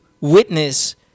witness